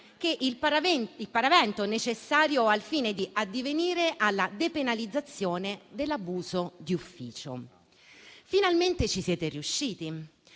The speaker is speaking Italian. che il paravento necessario al fine di addivenire alla depenalizzazione dell'abuso d'ufficio. Finalmente ci siete riusciti.